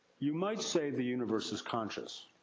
you might say the universe is conscious.